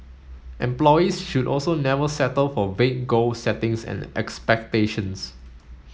employees should also never settle for vague goal settings and expectations